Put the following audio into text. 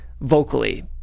vocally